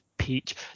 peach